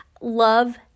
love